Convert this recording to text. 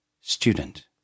Student